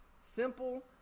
simple